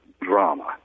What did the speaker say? drama